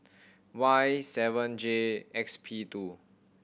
Y seven J X P two